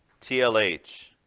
TLH